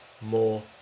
more